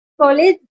college